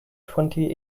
twenty